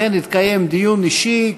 לכן יתקיים דיון אישי,